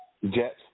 Jets